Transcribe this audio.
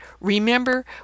remember